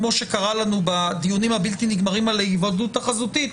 כמו שקרה לנו בדיונים הבלתי נגמרים על ההיוועדות החזותית,